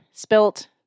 spilt